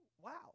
Wow